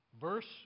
Verse